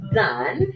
done